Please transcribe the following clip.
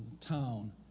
town